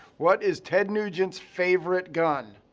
what is ted nugent's favorite gun?